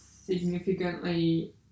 significantly